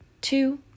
two